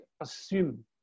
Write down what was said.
assume